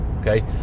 okay